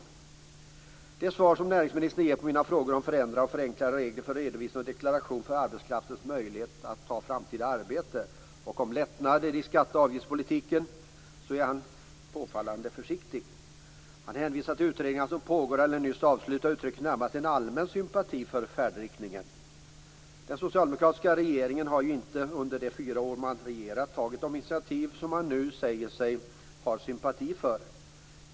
I det svar som näringsministern ger på mina frågor om förändrade och förenklade regler för redovisning och deklaration, för arbetskraftens möjlighet att ta arbete i framtiden och om lättnader i skatte och avgiftspolitiken är han påfallande försiktig. Han hänvisar till utredningar som pågår eller som nyss avslutats och uttrycker närmast en allmän sympati för färdriktningen. Den socialdemokratiska regeringen har ju inte under de fyra år då man regerat tagit de initiativ som man nu säger sig ha sympati för.